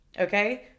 Okay